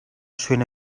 schöne